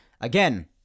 Again